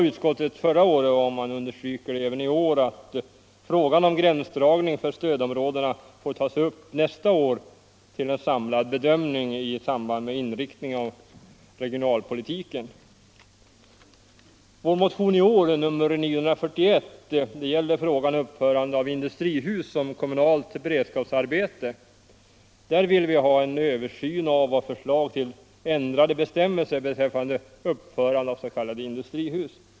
Utskottet sade förra året — och det understryker man även i år — att frågan om gränsdragningen för stödområdena får tas upp till en samlad bedömning nästa år i samband med frågan om inriktningen av regionalpolitiken. Vår motion i år, nr 941, ställer frågan om uppförande av industrihus som kommunalt beredskapsarbete. Vi vill ha en översyn av och förslag till ändrade bestämmelser beträffande uppförande av s.k. industrihus.